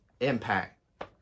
impact